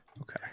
Okay